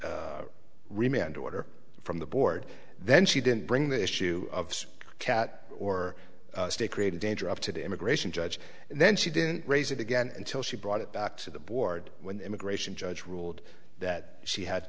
order from the board then she didn't bring the issue of cat or state created danger up to the immigration judge and then she didn't raise it again until she brought it back to the board when the immigration judge ruled that she had